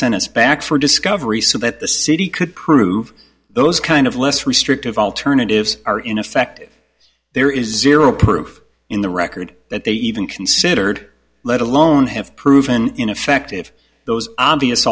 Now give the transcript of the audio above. us back for discovery so that the city could prove those kind of less restrictive alternatives are ineffective there is zero proof in the record that they even considered let alone have proven ineffective those